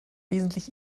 wesentlich